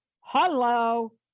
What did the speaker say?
hello